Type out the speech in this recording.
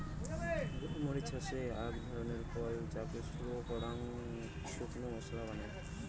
গোল মরিচ হসে আক ধরণের ফল যাকে গুঁড়ো করাং শুকনো মশলা বানায়